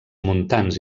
muntants